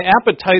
appetite